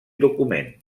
document